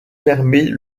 permet